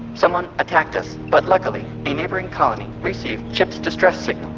someone attacked us, but luckily a neighboring colony received chip's distress signal.